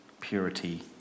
Purity